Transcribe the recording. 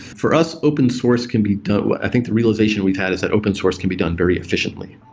for us, open source can be dealt with. i think the realization we've had is that open source can be done very efficiently.